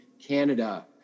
Canada